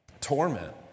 torment